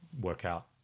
workout